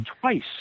twice